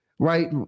Right